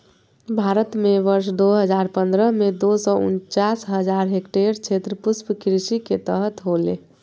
भारत में वर्ष दो हजार पंद्रह में, दो सौ उनचास हजार हेक्टयेर क्षेत्र पुष्पकृषि के तहत होले